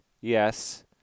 yes